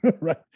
right